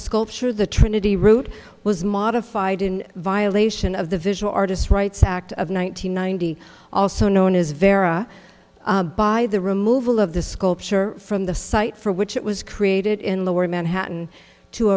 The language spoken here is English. sculpture the trinity route was modified in violation of the visual artists rights act of one nine hundred ninety also known as vera by the removal of the sculpture from the site for which it was created in lower manhattan to